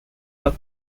are